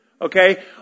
Okay